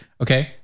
Okay